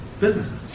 businesses